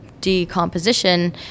decomposition